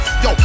yo